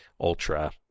ultra